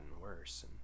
worse